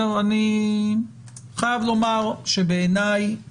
אני חייב לומר שבעיניי